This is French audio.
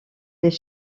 des